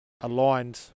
aligned